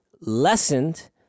lessened